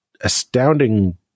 astounding